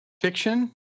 fiction